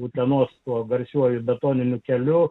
utenos tuo garsiuoju betoniniu keliu